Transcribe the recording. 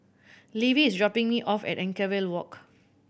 Levie is dropping me off at Anchorvale Walk